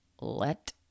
let